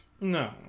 No